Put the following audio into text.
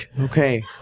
Okay